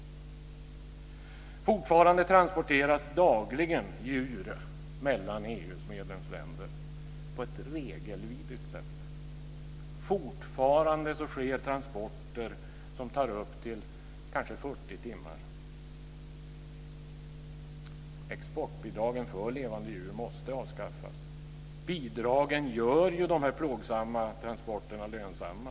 Fortfarande transporteras dagligen djur mellan EU:s medlemsländer på ett regelvidrigt sätt. Fortfarande utförs transporter som pågår i kanske upp till 40 timmar. Exportbidragen för levande djur måste avskaffas. Bidragen gör ju de här plågsamma transporterna lönsamma.